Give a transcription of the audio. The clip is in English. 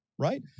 right